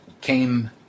came